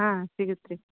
ಹಾಂ ಸಿಗತ್ತೆ ರೀ